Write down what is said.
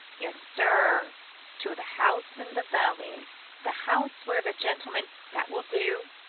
yes, sir to the house in the valley the house where the gentleman that will do,